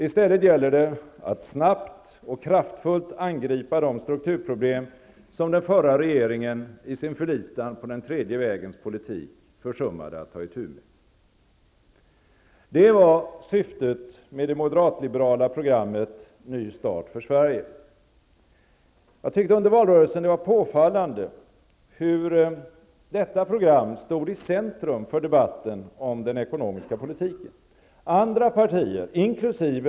I stället gäller det att snabbt och kraftfullt angripa de strukturproblem som den förra regeringen i sin förlitan på den tredje vägens politik försummade att ta itu med. Det var syftet med det moderat-liberala programmet ''Ny start för Sverige''. Under valrörelsen var det påfallande hur detta stod i centrum för debatten om den ekonomiska politiken. Andra partier, inkl.